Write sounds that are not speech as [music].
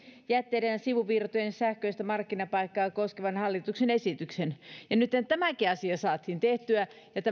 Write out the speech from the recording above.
jätteiden ja sivuvirtojen sähköistä markkinapaikkaa koskevan hallituksen esityksen ja nytten tämäkin asia saatiin tehtyä ja [unintelligible]